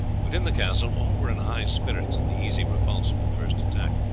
within the castle all were in high spirits at the easy repulse of the first attack.